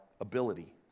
ability